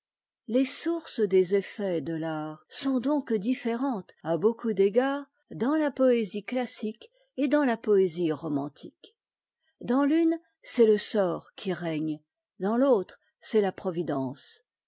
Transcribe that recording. les sources des effets de l'art sont donc différentes à beaucoup d'égards dans la poésie classique et dans la poésie romantique dans l'une c'est le sort qui règne dans l'autre c'est la providence